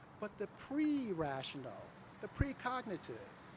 but the pre-rational, the pre-cognitive,